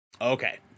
Okay